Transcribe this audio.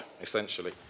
essentially